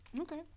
okay